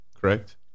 Correct